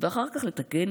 ואחר כך לתקן